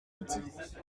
outils